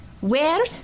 Where